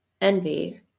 envy